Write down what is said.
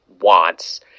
wants